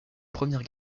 première